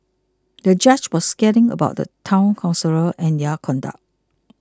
the judge was scathing about the Town Councillors and their conduct